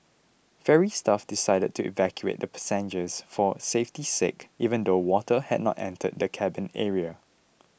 ferry staff decided to evacuate the passengers for safety's sake even though water had not entered the cabin area